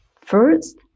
First